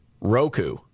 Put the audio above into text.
Roku